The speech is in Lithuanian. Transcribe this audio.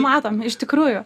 matome iš tikrųjų